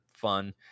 Fun